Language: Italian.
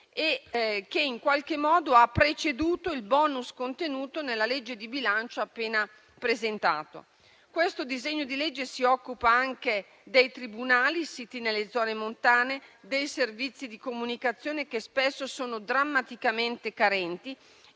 che in qualche modo ha preceduto il *bonus* contenuto nel disegno di legge di bilancio appena presentato. Questo disegno di legge si occupa anche dei tribunali siti nelle zone montane, dei servizi di comunicazione, che spesso sono drammaticamente carenti,